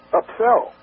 upsell